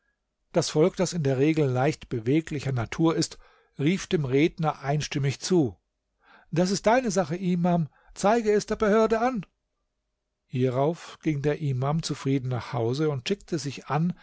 das volk das in der regel leicht beweglicher natur ist rief dem redner einstimmig zu das ist deine sache imam zeige es der behörde an hierauf ging der imam zufrieden nach hause und schickte sich an